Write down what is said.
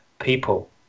people